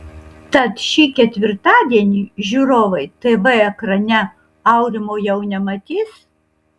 tad šį ketvirtadienį žiūrovai tv ekrane aurimo jau nematys